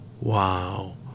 wow